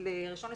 ל-1 בספטמבר,